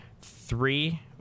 three